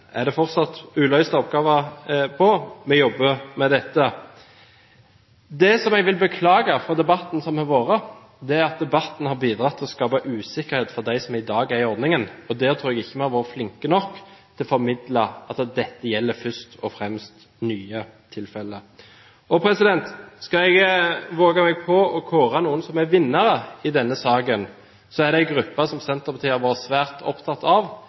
det fortsatt er uløste oppgaver – vi jobber med dette. Det som jeg vil beklage fra debatten som har vært, er at debatten har bidratt til å skape usikkerhet for dem som i dag er i ordningen. Jeg tror ikke vi har vært flinke nok til å formidle at dette gjelder først og fremst nye tilfeller. Skal jeg våge meg på å kåre noen vinnere i denne saken, er det en gruppe som Senterpartiet har vært svært opptatt av,